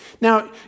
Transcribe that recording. Now